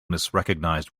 misrecognized